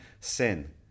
sin